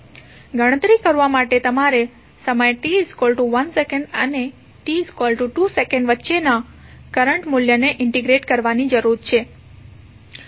ગણતરી કરવા માટે તમારે સમય t 1s અને t 2s વચ્ચેના કરંટ મૂલ્યને ઇન્ટિગ્રેટ કરવાની જરૂર છે